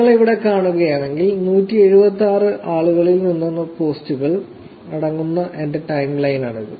നിങ്ങൾ ഇവിടെ കാണുകയാണെങ്കിൽ 176 ആളുകളിൽ നിന്നുള്ള പോസ്റ്റുകൾ അടങ്ങുന്ന എന്റെ ടൈം ലൈനാണിത്